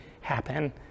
happen